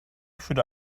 should